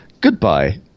Goodbye